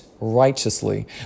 righteously